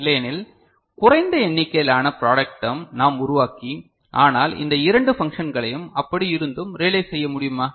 இல்லையெனில் குறைந்த எண்ணிக்கையிலான ப்ராடக்ட் டெர்ம் நாம் உருவாக்கி ஆனால் இந்த இரண்டு பன்க்ஷங்களையும் அப்படி இருந்தும் ரியலைஸ் செய்ய முடியுமா